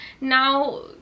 now